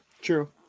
True